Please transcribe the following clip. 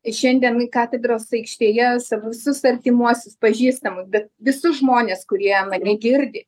šiandien į katedros aikštėje sa visus artimuosius pažįstamus bet visus žmones kurie mane girdi